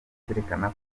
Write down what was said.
cyerekana